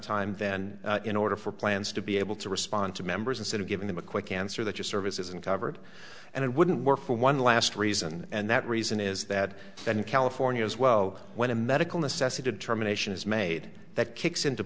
time then in order for plans to be able to respond to members instead of giving them a quick answer that your service isn't covered and it wouldn't work for one last reason and that reason is that that in california as well when a medical necessity determination is made that kicks into